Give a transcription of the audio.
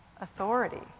authority